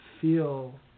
feel